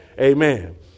Amen